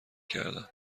کردم